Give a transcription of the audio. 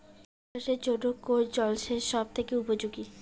আলু চাষের জন্য কোন জল সেচ সব থেকে উপযোগী?